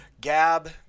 Gab